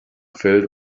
filled